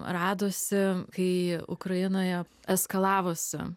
radosi kai ukrainoje eskalavosi